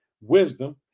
wisdom